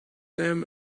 them